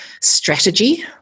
strategy